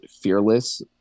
fearless